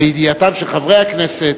לידיעתם של חברי הכנסת,